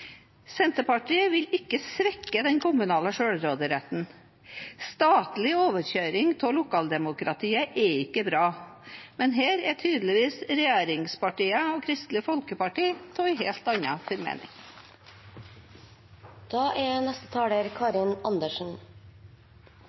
Senterpartiet vil ikke svekke den kommunale selvråderetten. Statlig overkjøring av lokaldemokratiet er ikke bra. Men her er tydeligvis regjeringspartiene og Kristelig Folkeparti av en helt